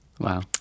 Wow